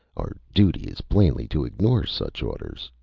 our duty is plainly to ignore such orders.